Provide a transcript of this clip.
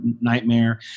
nightmare